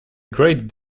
great